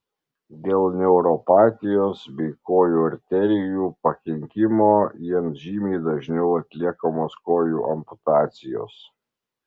dėl neuropatijos bei kojų arterijų pakenkimo jiems žymiai dažniau atliekamos kojų amputacijos